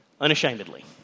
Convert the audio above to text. Unashamedly